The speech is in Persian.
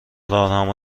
راهنما